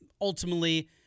ultimately